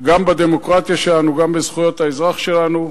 גם בדמוקרטיה שלנו, גם בזכויות האזרח שלנו.